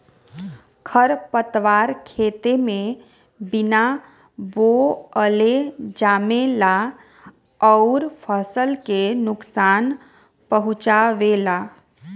खरपतवार खेते में बिना बोअले जामेला अउर फसल के नुकसान पहुँचावेला